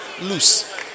loose